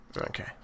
Okay